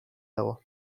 dago